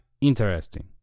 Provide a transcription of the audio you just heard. interesting